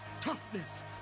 Toughness